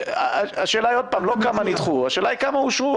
השאלה היא לא כמה נדחו אלא כמה אושרו.